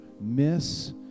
miss